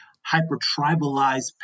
hyper-tribalized